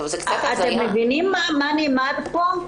אתם מבינים מה נאמר כאן?